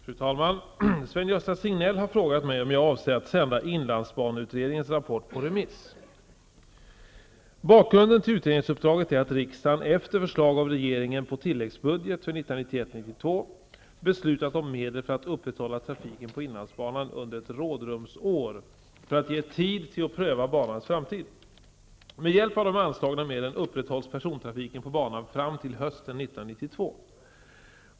Fru talman! Sven-Gösta Signell har frågat mig om jag avser att sända inlandsbaneutredningens rapport på remiss. Bakgrunden till utredningsuppdraget är att riksdagen efter förslag av regeringen på tilläggsbudget för 1991/92 beslutat om medel för att upprätthålla trafiken på inlandsbanan under ett rådrumsår, för att ge tid till att pröva banans framtid. Med hjälp av de anslagna medlen upprätthålls persontrafiken på banan fram till hösten 1992.